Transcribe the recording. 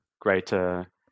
greater